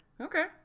Okay